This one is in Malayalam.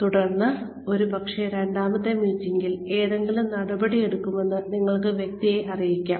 തുടർന്ന് ഒരുപക്ഷേ രണ്ടാമത്തെ മീറ്റിംഗിൽ എന്തെങ്കിലും നടപടിയെടുക്കുമെന്ന് നിങ്ങൾക്ക് വ്യക്തിയെ അറിയിക്കാം